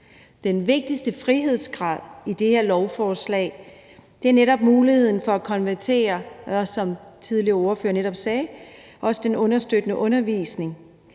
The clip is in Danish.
Den vigtigste frihedsgrad i det her lovforslag er netop muligheden for at konvertere – som også tidligere ordførere netop sagde – den understøttende undervisning